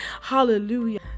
hallelujah